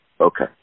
Okay